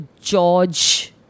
George